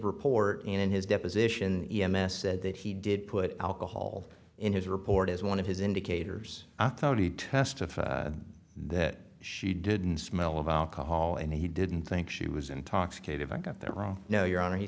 report in his deposition e m s said that he did put alcohol in his report as one of his indicators i thought he testified that she didn't smell of alcohol and he didn't think she was intoxicated i got that wrong no your h